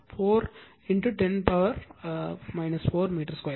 4 10 பவர்க்கு 4 metre square